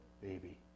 baby